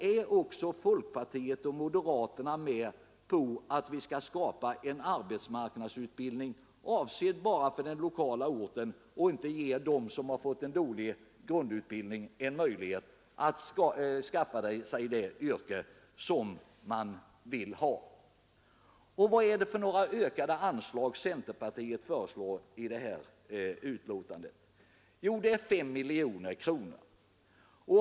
Är också folkpartiet och moderaterna med på att vi skall skapa en arbetsmarknadsutbildning avsedd bara för den lokala orten, utan att ge dem som fått en dålig grundutbildning en möjlighet att skaffa sig det yrke som de vill ha? Och vad är det för ökat anslag centerpartiet föreslår i detta ärende? Jo, det är 5 miljoner kronor.